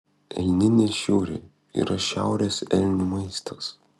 elninė šiurė yra šiaurės elnių maistas